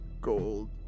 Gold